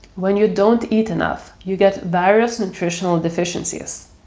when you don't eat enough, you get various nutritional deficiencies.